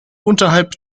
unterhalb